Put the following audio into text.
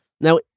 Now